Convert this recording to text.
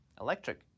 Electric